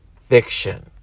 fiction